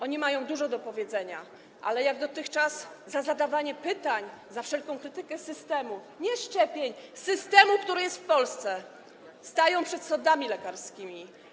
Oni mają dużo do powiedzenia, ale jak dotychczas za zadawanie pytań, za wszelką krytykę systemu - nie szczepień, systemu, który jest w Polsce - stają przed sądami lekarskimi.